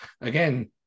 Again